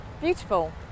Beautiful